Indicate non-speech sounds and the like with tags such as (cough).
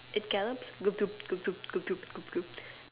it gallops (noise)